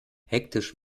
hektisch